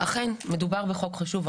אכן מדובר בחוק חשוב.